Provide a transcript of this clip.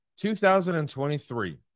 2023